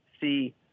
see